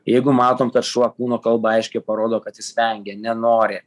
jeigu matom kad šuo kūno kalba aiškiai parodo kad jis vengia nenori